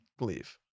leave